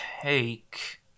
take